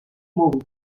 مبل